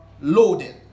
loaded